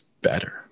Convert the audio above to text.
better